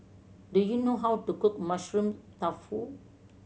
do you know how to cook Mushroom Tofu